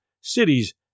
cities